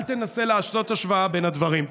אל תנסה לעשות השוואה בין הדברים.